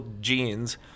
jeans